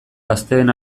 gazteen